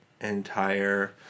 entire